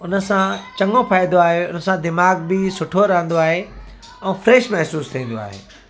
हुन सां चङो फ़ाइदो आहे हुन सां दिमाग़ बि सुठो रहंदो आहे ऐं फ्रेश महिसूसु थींदो आहे